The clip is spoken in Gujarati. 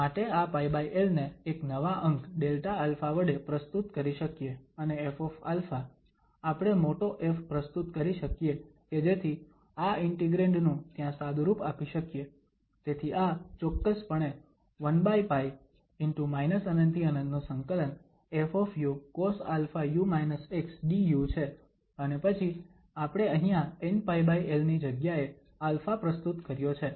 માટે આ πl ને એક નવા અંક Δα વડે પ્રસ્તુત કરી શકીએ અને Fα આપણે મોટો F પ્રસ્તુત કરી શકીએ કે જેથી આ ઇન્ટિગ્રેંડ નુ ત્યાં સાદુરૂપ આપી શકીએ તેથી આ ચોક્કસપણે 1π ✕∞∫∞ ƒcos αu xdu છે અને પછી આપણે અહીંયા nπl ની જગ્યાએ α પ્રસ્તુત કર્યો છે